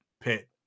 pit